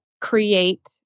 create